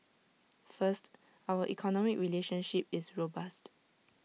first our economic relationship is robust